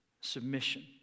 submission